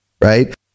right